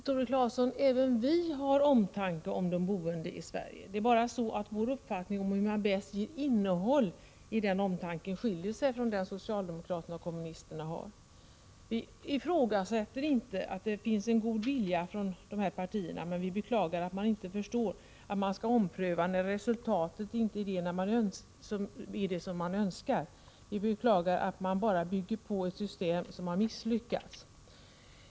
Herr talman! Även vi, Tore Claeson, har omtanke om de boende i Sverige. Det är bara så att vår uppfattning om hur man bäst ger ett innehåll i den omtanken skiljer sig från den som socialdemokraterna och kommunisterna har. Vi ifrågasätter inte att det finns en god vilja inom dessa partier, men vi beklagar att man inte förstår att man skall ompröva när resultatet inte är det som man önskar. Vi beklagar att man bara bygger vidare på ett system som har misslyckats.